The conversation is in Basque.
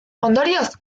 ondorioz